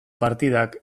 partidak